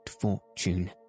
fortune